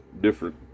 different